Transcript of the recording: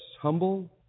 humble